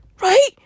right